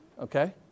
Okay